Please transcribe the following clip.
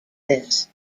this